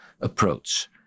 approach